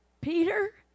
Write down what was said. Peter